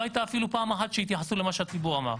לא הייתה אפילו פעם אחת שהתייחסו למה שהציבור אמר.